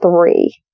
three